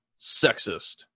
sexist